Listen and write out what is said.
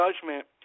judgment